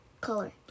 color